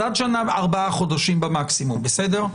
אז עד שנה ו-4 חודשים במקסימום, בסדר?